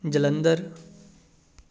Jalandhar